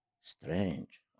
Strange